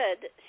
good